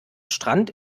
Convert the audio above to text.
strand